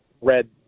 red